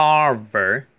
Harvard